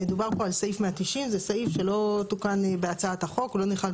מדובר פה על סעיף 190. זה סעיף שלא תוקן בהצעת החוק.